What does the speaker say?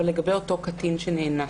אבל לגבי אותו קטין שנאנס,